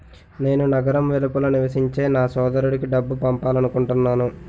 నేను నగరం వెలుపల నివసించే నా సోదరుడికి డబ్బు పంపాలనుకుంటున్నాను